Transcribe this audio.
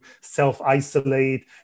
self-isolate